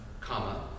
Comma